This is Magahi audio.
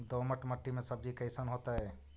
दोमट मट्टी में सब्जी कैसन होतै?